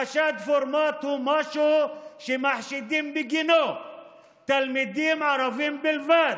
חשד פורמט הוא משהו שמחשידים בגינו תלמידים ערבים בלבד,